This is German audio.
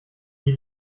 die